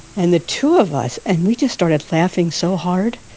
and the two of us and we just started laughing so hard,